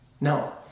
No